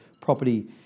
property